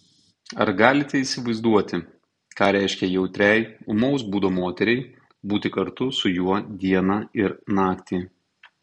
ar galite įsivaizduoti ką reiškia jautriai ūmaus būdo moteriai būti kartu su juo dieną ir naktį